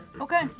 Okay